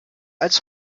als